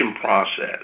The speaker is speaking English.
process